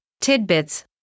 tidbits